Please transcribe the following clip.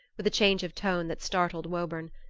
with a change of tone that startled woburn.